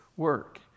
work